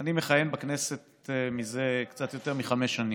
אני מכהן בכנסת זה קצת יותר מחמש שנים,